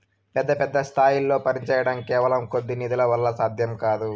పెద్ద పెద్ద స్థాయిల్లో పనిచేయడం కేవలం కొద్ది నిధుల వల్ల సాధ్యం కాదు